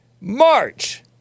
March